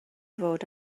fod